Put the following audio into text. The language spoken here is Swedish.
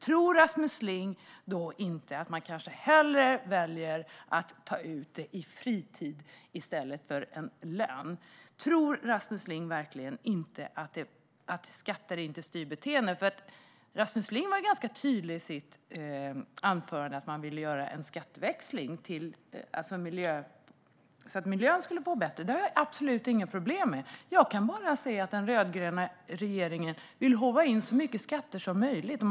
Tror han då inte att man kanske väljer att ta ut detta i fritid i stället för lön? Tror Rasmus Ling verkligen inte att skatter styr beteendet? Han var ganska tydlig i sitt anförande med att man vill göra en skatteväxling så att det blir bättre för miljön. Det har jag absolut inga problem med. Jag kan bara se att den rödgröna regeringen vill håva in så mycket skatter som möjligt.